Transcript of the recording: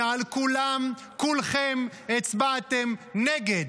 ועל כולם כולכם הצבעתם נגד,